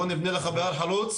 בוא נבנה לך בהר חלוץ,